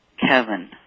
Kevin